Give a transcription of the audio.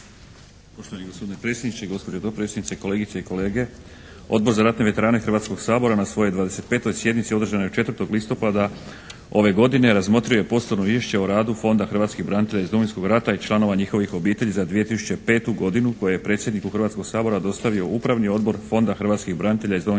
hrvatskih branitelja iz Domovinskog rata i članova njihovih obitelji za 2005. godinu koji je predsjedniku Hrvatskog sabora dostavio Upravni odbor Fonda hrvatskih branitelja iz Domovinskog rata